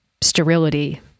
sterility